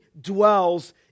dwells